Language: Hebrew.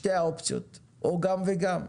שתי האופציות או גם וגם.